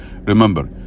Remember